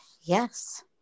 Yes